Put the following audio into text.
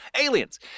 Aliens